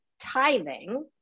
tithing